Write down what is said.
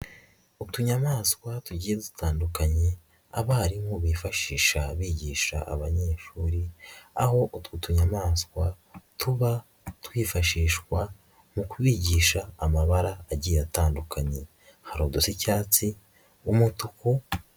Utunyamaswa tugiye dutandukanye abarimu bifashisha bigisha abanyeshuri, aho utwo tunyamaswa tuba twifashishwa mu kubigisha amabara agiye atandukanye, hari udusa icyatsi, umutuku.